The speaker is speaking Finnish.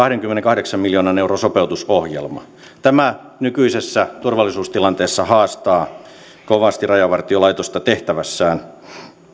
kahdenkymmenenkahdeksan miljoonan euron sopeutusohjelma tämä nykyisessä turvallisuustilanteessa haastaa kovasti rajavartiolaitosta tehtävässään